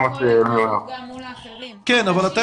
1,347. אבל אתה יודע,